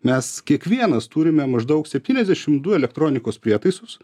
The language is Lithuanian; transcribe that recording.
mes kiekvienas turime maždaug septyniasdešimt du elektronikos prietaisus